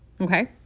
Okay